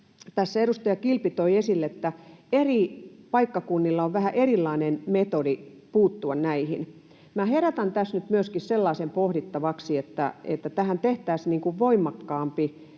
tässä edustaja Kilpi toi esille, eri paikkakunnilla on vähän erilainen metodi puuttua näihin. Minä herätän tässä nyt myöskin sellaisen pohdittavaksi, että tähän tehtäisiin voimakkaampi,